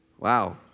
Wow